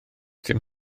dim